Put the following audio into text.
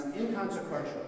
inconsequential